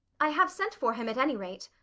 i have sent for him at any rate.